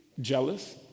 jealous